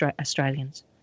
Australians